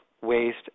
waste